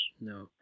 No